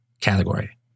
category